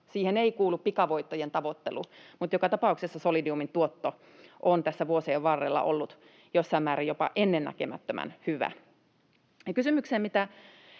Siihen ei kuulu pikavoittojen tavoittelu. Mutta joka tapauksessa Solidiumin tuotto on tässä vuosien varrella ollut jossain määrin jopa ennennäkemättömän hyvä. Kysymykseen,